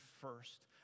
first